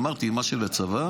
אמרתי: מה שלצבא,